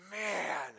Man